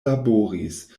laboris